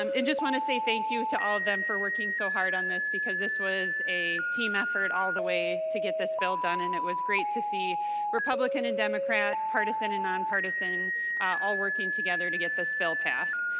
um and just want to say thank you to all of them for working so hard on this because this was a team effort all the way to get this bill done and it was great to see republican and democrat partisan a nonpartisan are working together to get the bill passed.